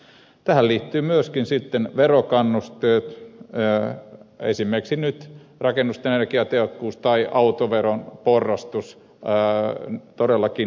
tähän liittyvät myöskin sitten verokannusteet esimerkiksi nyt rakennusten energiatehokkuus tai autoveron porrastus todellakin